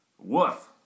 Woof